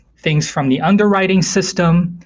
things from the underwriting system,